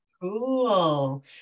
Cool